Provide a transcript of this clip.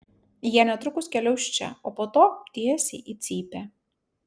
jie netrukus keliaus čia o po to tiesiai į cypę